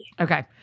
Okay